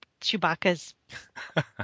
Chewbacca's